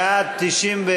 בעד, 91,